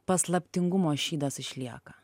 paslaptingumo šydas išlieka